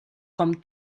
com